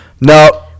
no